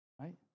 right